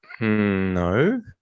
No